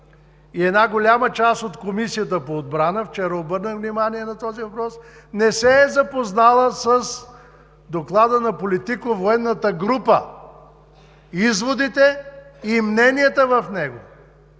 И една голяма част от Комисията по отбрана, вчера обърнах внимание на този въпрос, не се е запознала с Доклада на Политико-военната група – изводите и мненията в него.